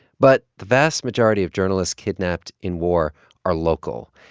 but the vast majority of journalists kidnapped in war are local,